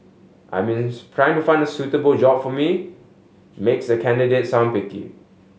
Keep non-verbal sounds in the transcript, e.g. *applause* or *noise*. I means *unintelligible* find suitable job for me makes the candidate sound picky